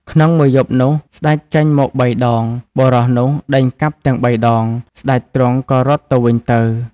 ក្នុង មួយយប់នោះស្ដេចចេញមក៣ដង បុរសនោះដេញកាប់ទាំង៣ដង ស្តេចទ្រង់ក៏រត់ទៅវិញទៅ។